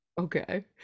Okay